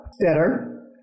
better